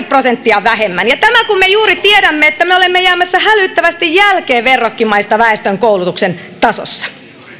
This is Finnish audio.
prosenttia vähemmän vaikka me juuri tiedämme että olemme jäämässä hälyttävästi jälkeen verrokkimaista väestön koulutuksen tasossa